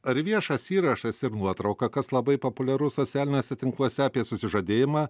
ar viešas įrašas ir nuotrauka kas labai populiarus socialiniuose tinkluose apie susižadėjimą